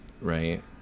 right